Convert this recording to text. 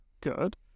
good